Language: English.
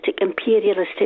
imperialistic